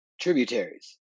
Tributaries